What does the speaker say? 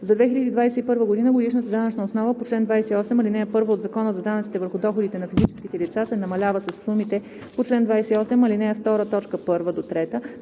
За 2021 г. годишната данъчна основа по чл. 28, ал. 1 от Закона за данъците върху доходите на физическите лица се намалява със сумите по чл. 28, ал. 2, т. 1 – 3